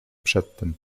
przedtem